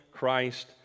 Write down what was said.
Christ